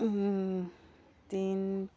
tin